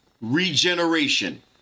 regeneration